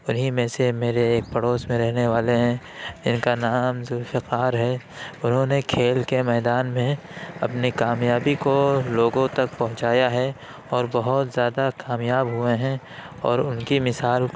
انہی میں سے میرے ایک پڑوس میں رہنے والے ہیں جن کا نام ذوالفقار ہے انہوں نے کھیل کے میدان میں اپنی کامیابی کو لوگوں تک پہنچایا ہے اور بہت زیادہ کامیاب ہوئے ہیں اور ان کی مثال